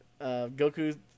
Goku